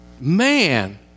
man